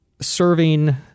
serving